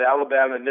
Alabama